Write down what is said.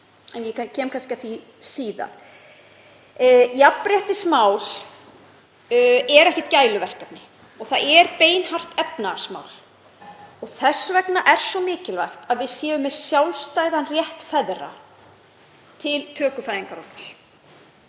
En ég kem kannski að því síðar. Jafnréttismál eru ekkert gæluverkefni. Þau eru beinhart efnahagsmál og þess vegna er svo mikilvægt að við séum með sjálfstæðan rétt feðra til töku fæðingarorlofs.